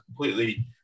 completely